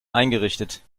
eingerichtet